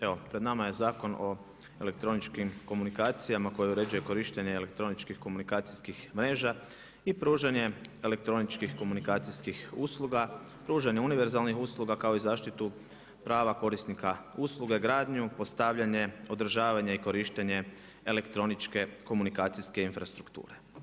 Evo pred nama je Zakon o elektroničkim komunikacijama koji uređuje korištenje elektroničkih komunikacijskih mreža i pružanje elektroničkih komunikacijskih usluga, pružanje univerzalnih usluga kao i zaštitu prava korisnika usluga, gradnju, postavljanje, održavanje i korištenje elektroničke komunikacijske infrastrukture.